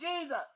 Jesus